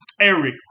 Eric